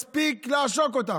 מספיק לעשוק אותם.